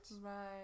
Right